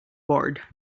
board